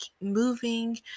moving